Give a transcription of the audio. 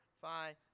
five